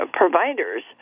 providers